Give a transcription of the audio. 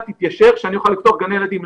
תתיישר כדי שאני אוכל לפתוח גני ילדים?